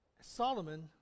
Solomon